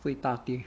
会大跌